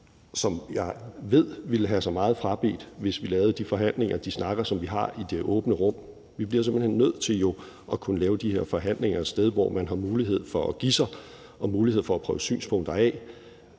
som jeg ved ville have sig meget frabedt, at vi lavede de forhandlinger og havde de snakke, som vi har, i det åbne rum. Vi bliver jo simpelt hen nødt til at kunne lave de her forhandlinger et sted, hvor man har mulighed for at give sig og mulighed for at prøve synspunkter af